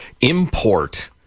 import